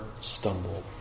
stumble